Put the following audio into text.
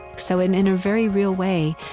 so in in a very real way,